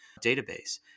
database